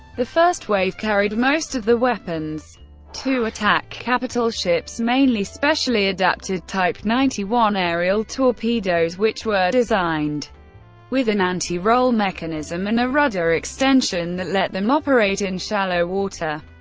the first wave carried most of the weapons to attack capital ships, mainly specially adapted type ninety one aerial torpedoes which were designed with an anti-roll mechanism and a rudder extension that let them operate in shallow water.